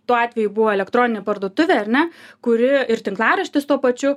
tuo atveju buvo elektroninė parduotuvė ar ne kuri ir tinklaraštis tuo pačiu